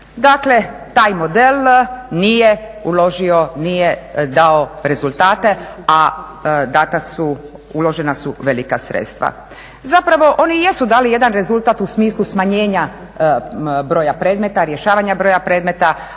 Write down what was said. Dakle, taj model nije uložio, nije dao rezultate a uložena su velika sredstva. Zapravo oni jesu dali jedan rezultat u smislu smanjenja broja predmeta, rješavanja broja predmeta